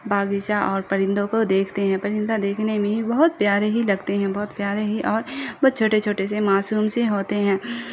باغیچہ اور پرندوں کو دیکھتے ہیں پرندہ دیکھنے میں ہی بہت پیارے ہی لگتے ہیں بہت پیارے ہی اور بہت چھوٹے چھوٹے سے معصوم سے ہوتے ہیں